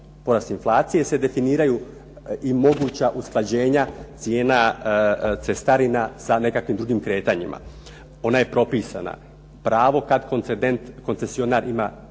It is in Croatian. porast inflacije se definiraju i moguća usklađenja cijena cestarina sa nekakvim drugim kretanjima. Ona je propisana. Pravo kada koncendent,